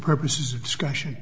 purposes of discussion